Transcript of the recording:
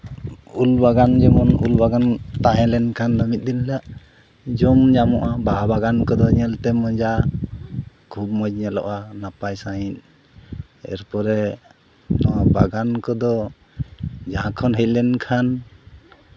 ᱩᱞ ᱵᱟᱜᱟᱱ ᱡᱮᱢᱚᱱ ᱩᱞ ᱵᱟᱜᱟᱱ ᱛᱟᱦᱮᱸ ᱞᱮᱱᱠᱷᱟᱱ ᱫᱚ ᱢᱤᱫ ᱫᱤᱱ ᱦᱤᱞᱳᱜ ᱡᱚᱢ ᱧᱟᱢᱚᱜᱼᱟ ᱵᱟᱦᱟ ᱵᱟᱜᱟᱱ ᱠᱚᱫᱚ ᱧᱮᱞᱛᱮ ᱢᱚᱡᱟ ᱠᱷᱩᱵ ᱢᱚᱡᱽ ᱧᱮᱞᱚᱜᱼᱟ ᱱᱟᱯᱟᱭ ᱥᱟᱺᱦᱤᱡ ᱮᱨᱯᱚᱨᱮ ᱵᱟᱜᱟᱱ ᱠᱚᱫᱚ ᱡᱟᱦᱟᱸ ᱠᱷᱚᱱ ᱦᱮᱡ ᱞᱮᱱᱠᱷᱟᱱ